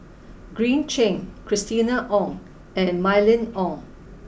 Green Zeng Christina Ong and Mylene Ong